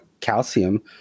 calcium